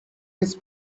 his